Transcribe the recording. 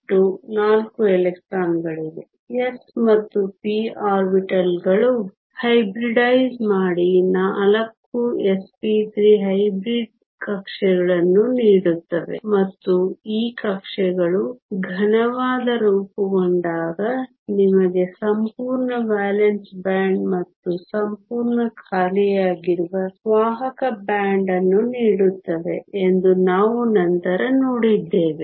ಒಟ್ಟು 4 ಎಲೆಕ್ಟ್ರಾನ್ಗಳಿವೆ ಎಸ್ ಮತ್ತು ಪಿ ಆರ್ಬಿಟಲ್ಗಳು ಹೈಬ್ರಿಡೈಸ್ ಮಾಡಿ 4 sp3 ಹೈಬ್ರಿಡ್ ಕಕ್ಷೆಗಳನ್ನು ನೀಡುತ್ತವೆ ಮತ್ತು ಈ ಕಕ್ಷೆಗಳು ಘನವಾದ ರೂಪುಗೊಂಡಾಗ ನಿಮಗೆ ಸಂಪೂರ್ಣ ವೇಲೆನ್ಸ್ ಬ್ಯಾಂಡ್ ಮತ್ತು ಸಂಪೂರ್ಣ ಖಾಲಿಯಾಗಿರುವ ವಾಹಕ ಬ್ಯಾಂಡ್ ಅನ್ನು ನೀಡುತ್ತವೆ ಎಂದು ನಾವು ನಂತರ ನೋಡಿದ್ದೇವೆ